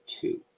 two